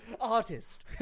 artist